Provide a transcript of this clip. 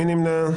מי נמנע?